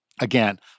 again